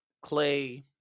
Clay